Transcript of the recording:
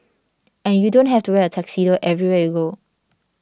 and you don't have to wear a tuxedo everywhere you go